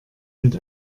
mit